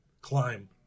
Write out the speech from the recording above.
climb